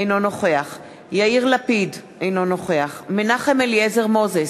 אינו נוכח יאיר לפיד, אינו נוכח מנחם אליעזר מוזס,